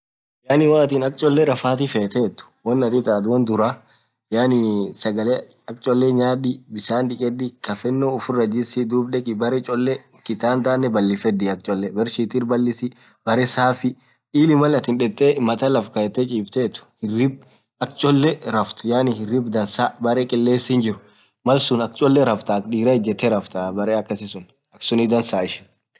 Yaani woathin akaa cholee rafathi fethethu wonathin ithathu won dhura yaani sagale akaa cholee nyadhi bisan dhikedhi kafeno ufurah jisii dhub dhekii berre cholee kitandanen balifedhi aka cholee barrsheet irri balisii berre safi ilili mal atha dhethe matha laff kayethe chiffthethu hirrrbb akaa cholee rafthu yaani hirrbb dhansaa berre qilesin jiru malsun aka cholee rafthaa aka dhira ijethee rafthaa berre akasisun aka suun dhansaa ishiniii